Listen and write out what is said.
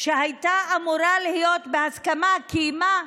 שהייתה אמורה להיות בהסכמה, כי מה?